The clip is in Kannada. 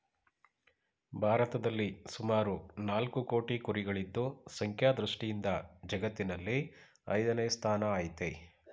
ಭಾರತದಲ್ಲಿ ಸುಮಾರು ನಾಲ್ಕು ಕೋಟಿ ಕುರಿಗಳಿದ್ದು ಸಂಖ್ಯಾ ದೃಷ್ಟಿಯಿಂದ ಜಗತ್ತಿನಲ್ಲಿ ಐದನೇ ಸ್ಥಾನ ಆಯ್ತೆ